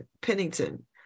Pennington